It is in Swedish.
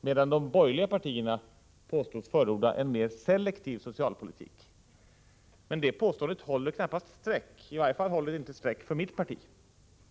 medan de borgerliga partierna påstås förorda en mer selektiv socialpolitik. Men det påståendet håller knappast streck, i varje fall inte för folkpartiet.